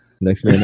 Next